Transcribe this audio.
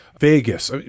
Vegas